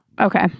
okay